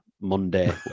Monday